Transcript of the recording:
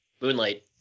Moonlight